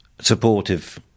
supportive